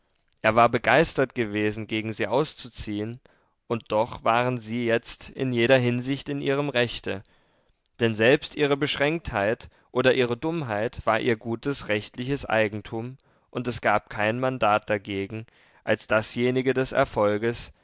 er war begeistert gewesen gegen sie auszuziehen und doch waren sie jetzt in jeder hinsicht in ihrem rechte denn selbst ihre beschränktheit oder ihre dummheit war ihr gutes rechtliches eigentum und es gab kein mandat dagegen als dasjenige des erfolges